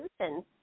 solutions